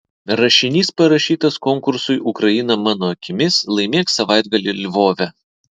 rašinys parašytas konkursui ukraina mano akimis laimėk savaitgalį lvove